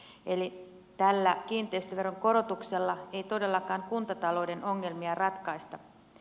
eli tällä kiinteistöveron korotuksella ei todellakaan kuntatalouden ongelmia ratkaista